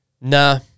Nah